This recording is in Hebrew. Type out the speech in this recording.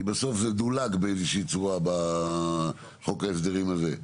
כי בסוף זה דולג באיזושהי צורה בחוק ההסדרים הזה.